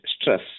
stress